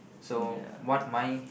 so what mind